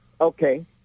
Okay